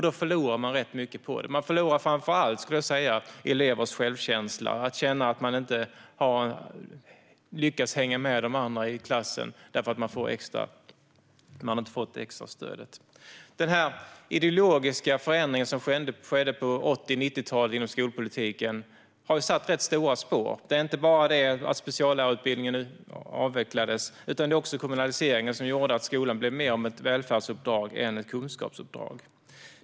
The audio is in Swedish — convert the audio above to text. Då förlorar man rätt mycket. Man förlorar framför allt elevers självkänsla; de känner att de inte har lyckats hänga med de andra i klassen eftersom de inte har fått extra stöd. Den ideologiska förändring som skedde på 80 och 90-talen inom skolpolitiken har satt rätt stora spår. Det är inte bara fråga om att speciallärarutbildningen avvecklades utan även om att kommunaliseringen gjorde att skolan blev mer ett välfärdsuppdrag än ett kunskapsuppdrag.